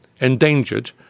endangered